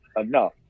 enough